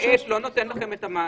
המילה "למעט" לא נותנת לכם את המענה?